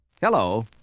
Hello